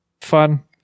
fun